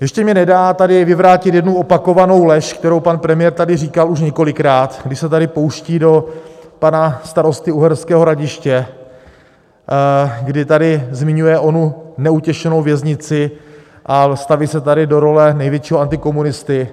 Ještě mi nedá tady vyvrátit jednu opakovanou lež, kterou pan premiér tady říkal už několikrát, kdy se tady pouští do pana starosty Uherského Hradiště, kdy tady zmiňuje onu neutěšenou věznici a staví se tady do role největšího antikomunisty.